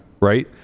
right